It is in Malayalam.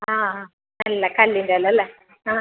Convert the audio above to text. ആ ആ നല്ല കല്ലിൻ്റെ എല്ലാം അല്ലേ ആ